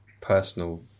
personal